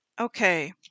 Okay